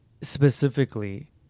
specifically